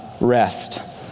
rest